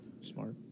smart